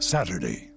Saturday